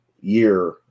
year